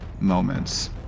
moments